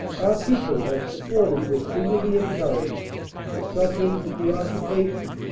our people have supported with dignity and courage the sufferings of the occupation.